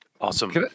Awesome